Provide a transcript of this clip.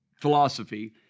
philosophy